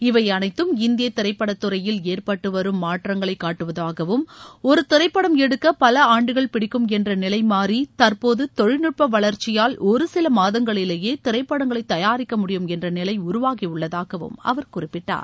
இவை அனைத்தும் இந்திய திரைப்படத்துறையில் ஏற்பட்டு வரும் மாற்றங்களைக் காட்டுவதாகவும் ஒரு திரைப்படம் எடுக்க பல ஆண்டுகளாகும் பிடிக்கும் என்ற நிலை மாறி தற்போது தொழில்நட்ப வளர்ச்சியால் ஒருசில மாதங்களிலேயே திரைப்படங்களை தயாரிக்க முடியும் என்ற நிலை உருவாகியுள்ளதாகவும் அவர் குறிப்பிட்டார்